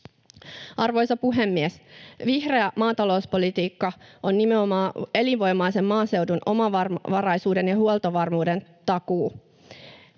Arvoisa puhemies! Vihreä maatalouspolitiikka on nimenomaan elinvoimaisen maaseudun, omavaraisuuden ja huoltovarmuuden takuu.